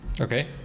Okay